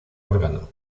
órgano